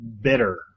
Bitter